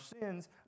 sins